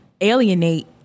alienate